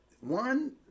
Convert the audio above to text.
One